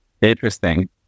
interesting